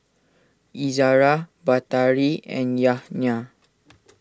Izara Batari and Yahya